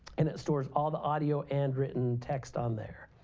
and it stores all the audio and written text on there.